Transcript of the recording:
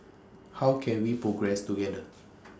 how can we progress together